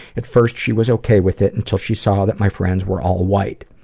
at first, she was ok with it until she saw that my friends were all white.